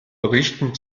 berichten